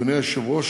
אדוני היושב-ראש,